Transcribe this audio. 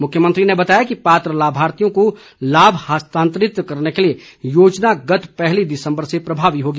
मुख्यमंत्री ने बताया कि पात्र लाभार्थियों को लाभ हस्तांतरित करने के लिए योजना गत पहली दिसम्बर से प्रभावी होगी